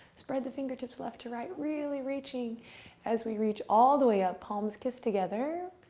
spread the fingertips left to right really reaching as we reach all the way up palms kissed together.